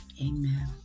Amen